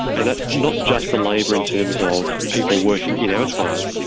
and that's not just the labour in terms of people working in abattoirs,